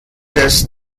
des